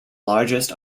largest